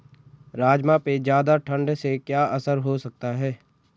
राजमा पे ज़्यादा ठण्ड से क्या असर हो सकता है?